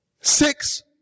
six